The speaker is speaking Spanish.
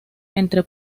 entre